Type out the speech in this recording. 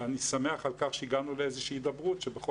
אני שמח על כך שהגענו לאיזו שהיא הידברות שבכל